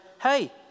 hey